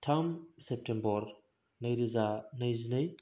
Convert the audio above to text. थाम सेप्तेम्बर नै रोजा नैजिनै